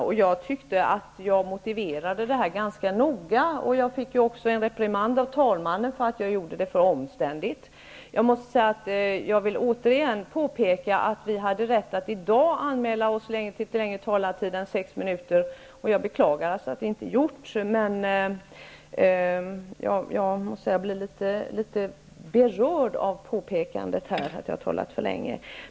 Jag tyckte att jag motiverade det ganska noga, och jag fick också en reprimand av talmannen för att jag gjorde det för omständigt. Jag vill återigen påpeka att vi hade rätt att i dag anmäla oss för längre taletid än sex minuter, och jag beklagar att det inte gjorts. Jag måste säga att jag blev litet berörd av påpekandet att jag talat för länge.